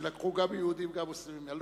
שלקחו גם מיהודים וגם ממוסלמים?